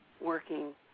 working